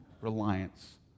reliance